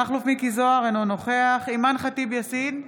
מכלוף מיקי זוהר, אינו נוכח אימאן ח'טיב יאסין,